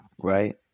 right